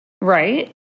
right